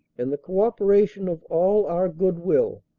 and the co-opera tion of all our goodwill,